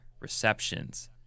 receptions